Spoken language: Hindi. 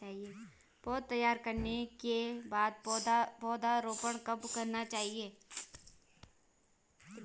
पौध तैयार होने के बाद पौधा रोपण कब करना चाहिए?